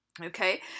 Okay